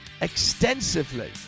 extensively